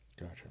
Gotcha